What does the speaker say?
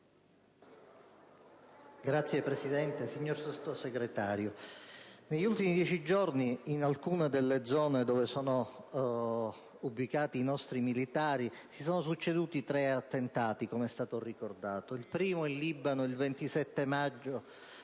Signora Presidente, signor Sottosegretario, negli ultimi dieci giorni in alcune delle zone dove sono impegnati i nostri militari si sono succeduti tre attentati, come è stato ricordato. Il primo il 27 maggio